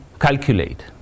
calculate